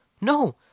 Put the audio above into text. No